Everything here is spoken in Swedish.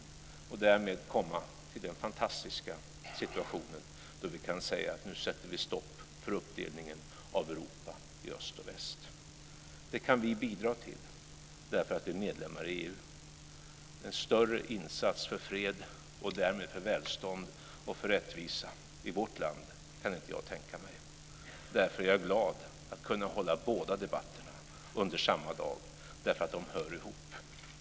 Därmed skulle vi komma fram till den fantastiska situationen då vi kan säga att vi sätter stopp för uppdelningen av Europa i öst och väst. Vi kan bidra till detta därför att vi är medlemmar i EU. En större insats för fred, och därmed för välstånd och rättvisa i vårt land, kan jag inte tänka mig. Därför är jag glad att kunna hålla båda debatterna under samma dag. De hör ihop.